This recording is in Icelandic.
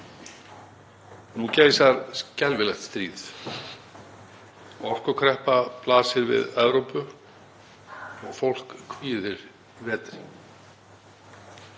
Nú geisar skelfilegt stríð, orkukreppa blasir við Evrópu og fólk kvíðir vetri.